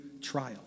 trial